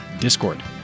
Discord